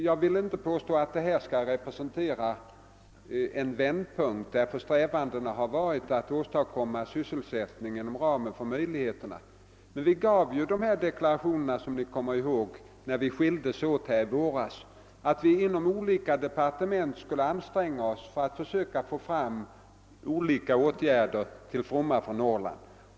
Jag vill inte påstå att detta utspel skall representera en vändpunkt, eftersom strävandena varit att åstadkomma sysselsättning inom ramen för möjligheterna, men jag erinrar om att vi när sessionen avslutades i våras deklarerade att vi inom skilda departement skulle anstränga oss för att försöka genomföra olika åtgärder till fromma för Norrland.